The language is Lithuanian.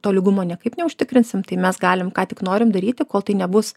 to lygumo niekaip neužtikrinsim tai mes galim ką tik norim daryti kol tai nebus